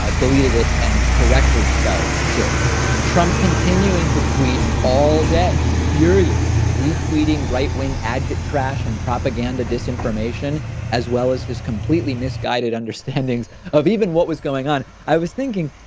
ah deleted it and correctly spelled should trump continuing to tweet all day, furiously re tweeting right-wing ajit trash and propaganda, disinformation as well as his completely misguided understandings of even what was going on. i was thinking,